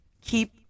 keep